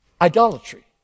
idolatry